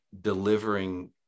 delivering